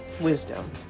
Wisdom